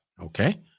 Okay